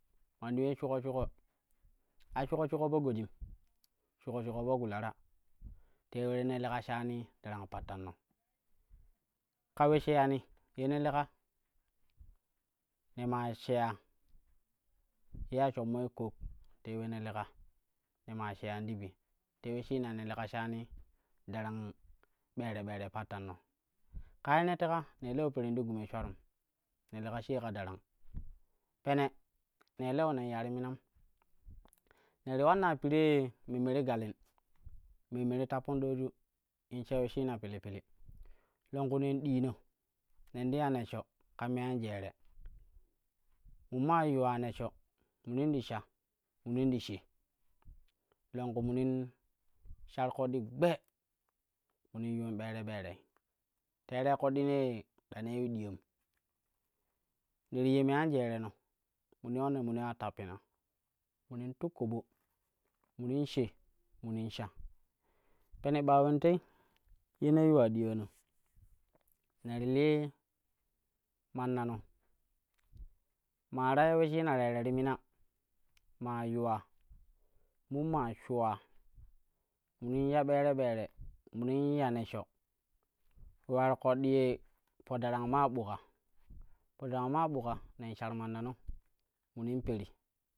Manni ulei shuƙo shuƙo a shuƙo shuƙo po goji shuƙo shuƙo po gulara te ule ne teka shani darang pattanno ka ule sheyani ye ne leka ne maa sheya ye ya shommoi coke te ule ne leka, ne maa shyan ti bi, te ule shima ye leka shani darang ɓere ɓere pattano. Kaa ye ne teka nen lewo perin ti gumei shwalum ne leka sai ka darang pene nei lewo nen ya ti minan ne ti ulannai piree memme ti galin ye memme ti tappon doju ti sha weshshina ti sha weshina pili longku nen diina nen ti ya neshsho kan me an jere mun maa yuwa neshsho munin ti sha munin ti she longku munin shar ƙoɗɗi gbe munin yuun ɓere ɓere teerei ƙoɗɗi nee ɗa nei ya diynul ne ti ye me an jereno munin ulanna munin ula tappina muni tuk koɓo munin she munin sha pere ɓa ulendei ye ne yuwa diyana ne ti lii mannano maa ta ya uleshina teere ti mina, maa yuwa mun maa shuwa, munin ya ɓere ɓere munin ya neshsho ule ular ƙoɗɗi ye fo daran maa ɓuka, po daran maa ɓuka nen shar mannano muni peri.